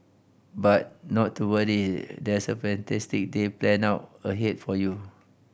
but not to worry there's a fantastic day planned out ahead for you